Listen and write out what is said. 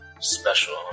special